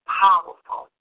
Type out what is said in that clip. powerful